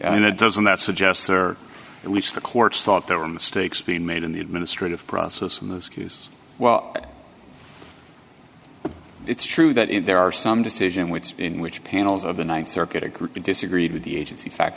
doesn't that suggest or at least the court's thought there were mistakes being made in the administrative process in those queues well it's true that there are some decision which in which panels of the th circuit a group in disagreed with the agency fact